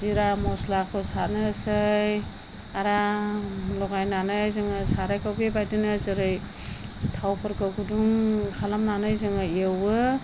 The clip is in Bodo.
जिरा मस्लाखौ सारनोसै आराम लगायनानै जोङो सारायखौ बेबायदिनो जेरै थावफोरखौ गुदुं खालामनानै जोङो एवो